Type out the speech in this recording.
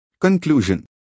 Conclusion